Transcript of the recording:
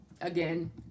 again